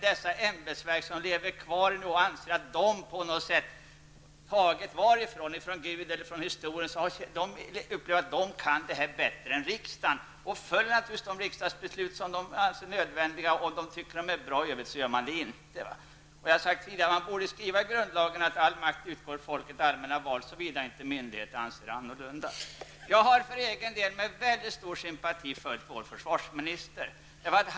De här ämbetsverken finns alltså fortfarande. Jag vet inte varifrån man på ämbetsverken -- om det är från Gud eller från någon episod i historien -- har fått den tilltro som man har till sig själv. Man upplever att man kan dessa saker bättre än riksdagen. Man följer naturligtvis de riksdagsbeslut som anses vara nödvändiga och bra. Men i övrigt gör man inte det. Det borde stå i grundlagen, och det har jag tidigare sagt, att all makt skall utgå från folket i allmänna val, såvida inte myndigheterna anser annorlunda. Själv har jag med mycket stor sympati följt försvarsministerns arbete.